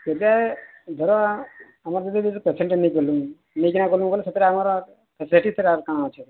ସେଇଟା ଧର ଆମର ଯଦି ପେସେଣ୍ଟ ନେଇକି ଗଲୁ ନେଇକିନା ଗଲୁ ଗଲୁ ସେଥେରେ ଆମର ଫ୍ୟାସିଲିଟି ସେଇଟା କାଣା ଅଛି